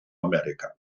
america